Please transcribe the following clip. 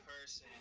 person